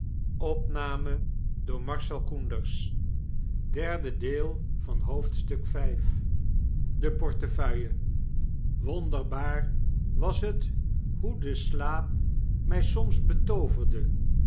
slaperig ruiter wonderbaar was het hoe de slaap mij soms betooverde